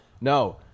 No